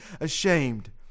ashamed